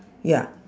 ya